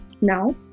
Now